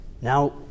Now